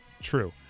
true